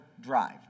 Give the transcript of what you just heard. drive